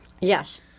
Yes